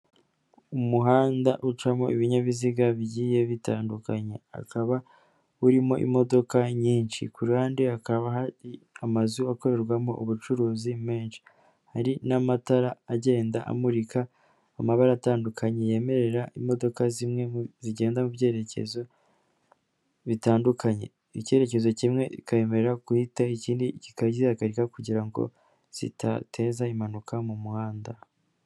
Umuhanda ucamo ibinyabiziga bigiye bitandukanye akaba urimo imodoka nyinshi, ku ruhande hakaba hari amazu akorerwamo ubucuruzi menshi, hari n'amatara agenda amurika amabara atandukanye yemerera imodoka zimwe zigenda mu byerekezo bitandukanye, icyerekezo kimwe ikabemerera guhita ikindi kikazihagarika kugira ngo zitateza impanuka mu muhanda.